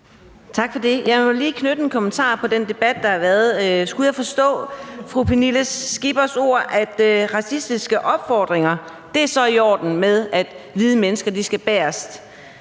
Tak for det. Jeg vil lige knytte en kommentar til den debat, der har været. Skal jeg forstå fru Pernille Skippers ord sådan, at racistiske opfordringer er i orden, med hensyn til at hvide mennesker skal bagerst.